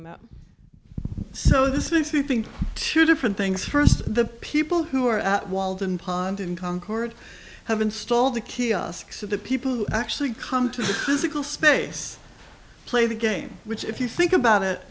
about so this makes you think two different things first the people who are at walden pond in concord have installed the kiosks of the people who actually come to physical space play the game which if you think about